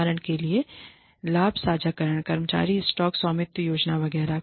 उदाहरण के लिए लाभ साझाकरण कर्मचारी स्टॉक स्वामित्व योजना वगैरह